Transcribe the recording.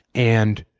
and